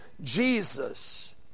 Jesus